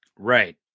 Right